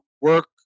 work